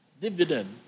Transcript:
dividend